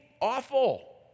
awful